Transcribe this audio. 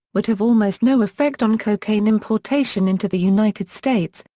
would have almost no effect on cocaine importation into the united states,